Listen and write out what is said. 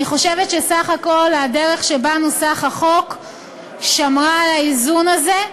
אני חושבת שבסך הכול הדרך שבה נוסח החוק שמרה על האיזון הזה.